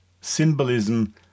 symbolism